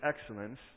excellence